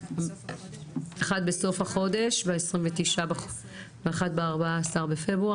אחד בסוף החודש, ב-29 בחודש ואחד ב-14 בפברואר.